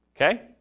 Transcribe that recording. Okay